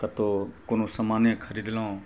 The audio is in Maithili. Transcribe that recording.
कतहु कोनो सामाने खरीदलहुँ